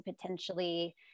potentially